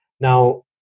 Now